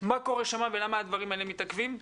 מה קורה שם ולמה הדברים האלה מתעכבים.